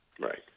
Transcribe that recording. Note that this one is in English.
Right